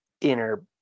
inner